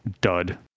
dud